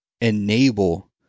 enable